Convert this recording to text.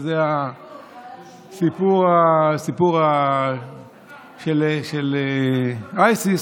שזה הסיפור של ISIS,